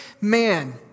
man